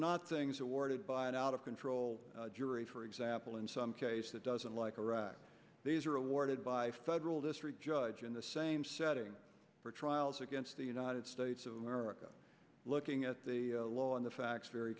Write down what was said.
not things awarded by an out of control jury for example in some case that doesn't like iraq these are awarded by federal district judge in the same setting for trials against the united states of america looking at the law and the facts very